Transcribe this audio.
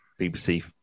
BBC